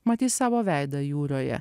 matys savo veidą jūroje